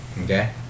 Okay